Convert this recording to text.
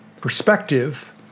perspective